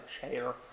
chair